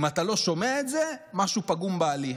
אם אתה לא שומע את זה, משהו פגום בהליך,